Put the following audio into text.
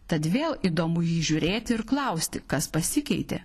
tad vėl įdomu į jį žiūrėti ir klausti kas pasikeitė